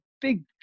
big